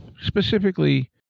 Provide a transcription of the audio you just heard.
specifically